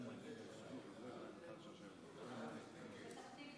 פתח תקווה